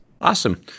Awesome